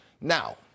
Now